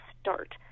start